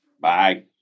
Bye